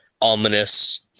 ominous